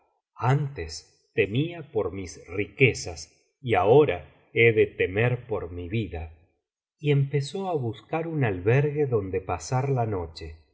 antes temía por mis riquezas y ahora he ele temer por mi vida y empezó á buscar un albergue donde pasar la noche